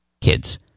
kids